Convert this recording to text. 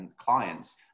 clients